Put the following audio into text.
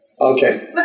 Okay